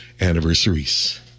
anniversaries